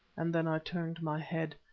and then i turned my head.